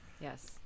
yes